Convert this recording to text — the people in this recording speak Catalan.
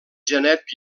genet